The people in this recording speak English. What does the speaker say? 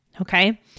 Okay